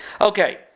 okay